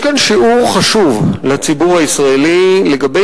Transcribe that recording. יש כאן שיעור חשוב לציבור הישראלי לגבי